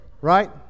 right